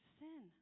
sin